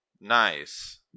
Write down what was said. Nice